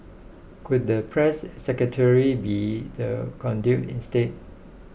could the press secretary be the conduit instead